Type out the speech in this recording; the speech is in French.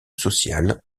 social